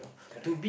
correct